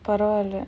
பரவால:paravaala